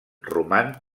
roman